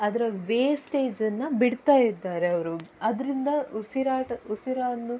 ಅದರ ವೇಸ್ಟೇಜನ್ನು ಬಿಡ್ತಾಯಿದ್ದಾರೆ ಅವರು ಅದರಿಂದ ಉಸಿರಾಟ ಉಸಿರಾಡಲೂ